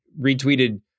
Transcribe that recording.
retweeted